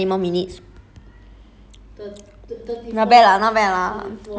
here got thirty more minute I think right how many more minutes